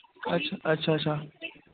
अच्छ अच्छा अच्छा